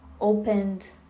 opened